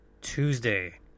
Tuesday